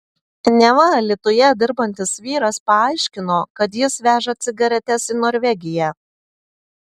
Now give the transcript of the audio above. neva alytuje dirbantis vyras paaiškino kad jis veža cigaretes į norvegiją